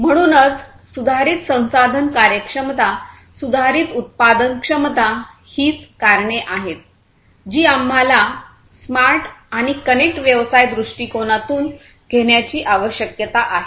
म्हणूनच सुधारित संसाधन कार्यक्षमता सुधारित उत्पादन क्षमता हीच कारणे आहेत जी आम्हाला स्मार्ट आणि कनेक्ट व्यवसाय दृष्टीकोनातून घेण्याची आवश्यकता आहे